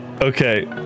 okay